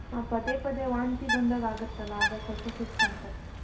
ಪದೇ ಪದೇ ವಾಂತಿ ಬಂದ್ಹಾಗಾಗತ್ತಲ್ಲ ಆಗ ಸ್ವಲ್ಪ ಸುಸ್ತು ಅನಿಸತ್ತೆ